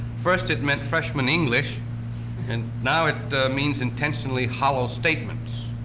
first it meant freshman english and now it means intentionally hollow statements.